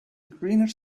greenish